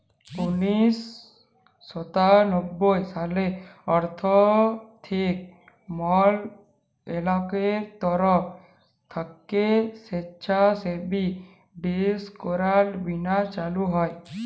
উনিশ শ সাতানব্বই সালে আথ্থিক মলত্রলালয়ের তরফ থ্যাইকে স্বেচ্ছাসেবী ডিসক্লোজার বীমা চালু হয়